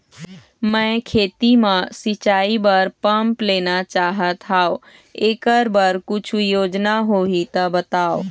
मैं खेती म सिचाई बर पंप लेना चाहत हाव, एकर बर कुछू योजना होही त बताव?